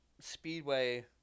Speedway